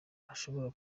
hashobora